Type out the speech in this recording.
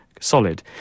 solid